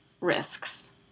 risks